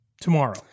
tomorrow